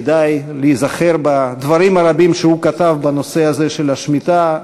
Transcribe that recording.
כדאי להיזכר בדברים הרבים שהוא כתב בנושא הזה של השמיטה,